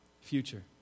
Future